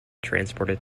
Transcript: transported